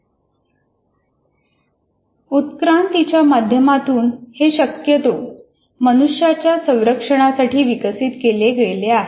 उत्क्रांतीच्या माध्यमातून हे शक्यतो मनुष्याच्या संरक्षणासाठी विकसित केले गेले आहे